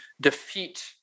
defeat